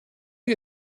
you